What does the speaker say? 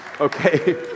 Okay